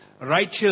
righteous